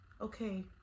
Okay